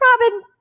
Robin